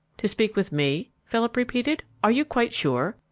to speak with me? philip repeated. are you quite sure?